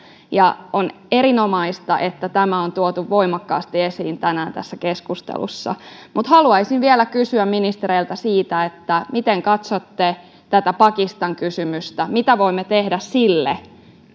ja koulutuksessa on erinomaista että tämä on tuotu voimakkaasti esiin tänään tässä keskustelussa mutta haluaisin vielä kysyä ministereiltä miten katsotte tätä pakistan kysymystä mitä voimme tehdä sille